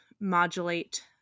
modulate